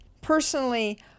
Personally